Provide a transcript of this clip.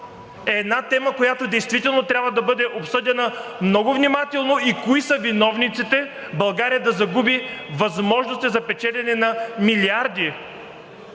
една тема, която действително трябва да бъде обсъдена много внимателно, и кои са виновниците България да загуби възможностите за печелене на милиарди